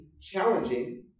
challenging